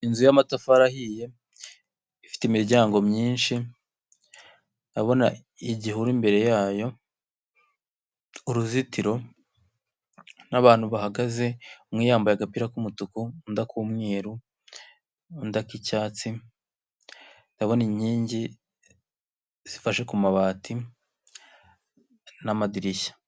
Inzu y'amatafari ahiye ifite imiryango myinshi, ndabona igihuru imbere yayo, uruzitiro n'abantu bahagaze umwe yambaye agapira k'umutuku undi ak'umweru, ndi ak'icyatsi, ndabona inkingi zifashe ku mabati n'amadirishya.